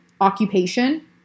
occupation